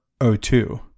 O2